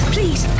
Please